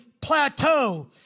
plateau